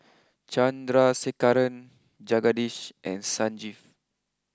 Chandrasekaran Jagadish and Sanjeev